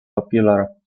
popular